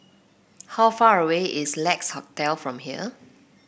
how far away is Lex Hotel from here